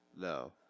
No